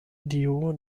dio